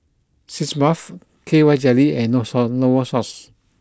sitz bath K Y jelly and north Novosource